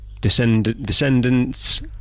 descendants